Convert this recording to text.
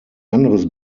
anderes